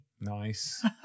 Nice